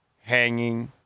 hanging